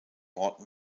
board